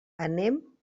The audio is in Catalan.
anem